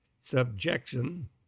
subjection